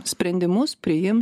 sprendimus priims